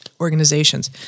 organizations